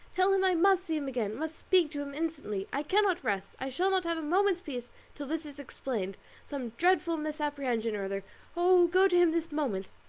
tell him i must see him again must speak to him instantly i cannot rest i shall not have a moment's peace till this is explained some dreadful misapprehension or other oh go to him this moment.